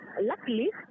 Luckily